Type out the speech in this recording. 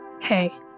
Hey